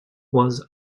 was